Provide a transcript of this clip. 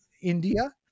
India